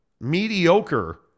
mediocre